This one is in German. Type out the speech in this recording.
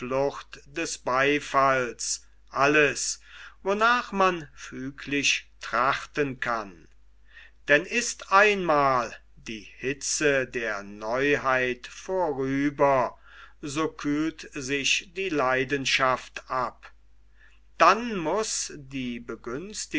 des beifalls alles wonach man füglich trachten kann denn ist einmal die hitze der neuheit vorüber so kühlt sich die leidenschaft ab dann muß die